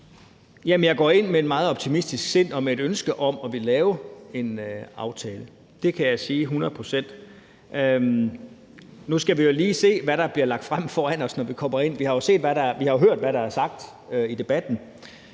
Jeg går ind med et meget optimistisk sind og med et ønske om at ville lave en aftale. Det kan jeg sige hundrede procent. Nu skal vi jo lige se, hvad der bliver lagt frem foran os, når vi kommer ind. Vi har jo hørt, hvad der er sagt i debatten,